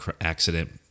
accident